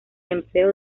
empleo